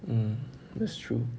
um that's true